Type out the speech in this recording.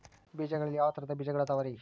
ಬೇಜಗಳಲ್ಲಿ ಯಾವ ತರಹದ ಬೇಜಗಳು ಅದವರಿ?